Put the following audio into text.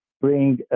bring